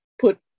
put